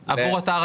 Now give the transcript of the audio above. גמרא.